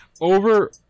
Over